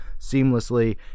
seamlessly